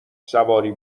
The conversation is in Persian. سواری